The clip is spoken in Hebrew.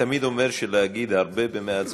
חבר הכנסת חיים ילין, בבקשה.